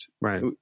Right